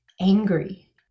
angry